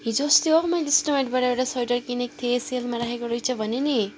हिजो अस्ति हौ मैले स्नो वाइटबाट मैले एउटा स्वेटर किनेको थिएँ सेलमा राखेको रहेछ भने नि